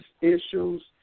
issues